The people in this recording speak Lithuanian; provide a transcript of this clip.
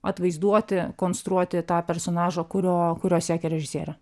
atvaizduoti konstruoti tą personažą kurio kurio siekia režisierė